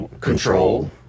control